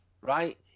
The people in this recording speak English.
Right